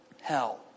hell